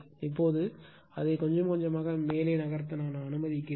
இப்போது அதை கொஞ்சம் கொஞ்சமாக மேலே நகர்த்த அனுமதிக்கிறேன்